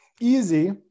easy